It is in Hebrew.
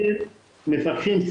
מפקחים,